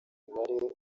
mibare